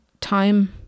time